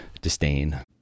disdain